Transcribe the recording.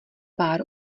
pár